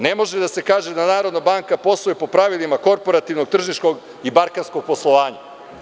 Ne može da se kaže da Narodna banka posluje po pravilima korporativnog tržišnog i bankarskog poslovanja.